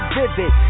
vivid